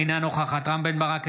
אינה נוכחת רם בן ברק,